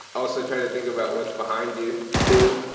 also try to think about what's behind you, too.